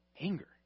Anger